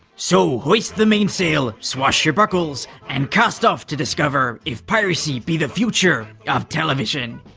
so hoist the mainsail, swash your buckles, and cast off to discover if piracy be the future of television!